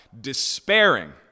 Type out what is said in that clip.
despairing